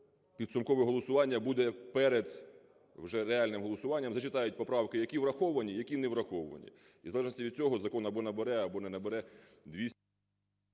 підсумкове голосування буде перед вже реальним голосуванням, зачитають поправки, які враховані, які не враховані. І в залежності від цього, закон або набере, або не набере…